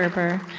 gerber,